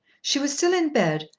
she was still in bed,